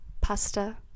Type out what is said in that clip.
pasta